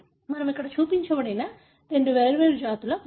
మనము ఇక్కడ చూపించినది రెండు వేర్వేరు జాతుల పుర్రె